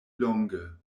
longe